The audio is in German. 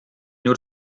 nur